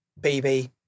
BB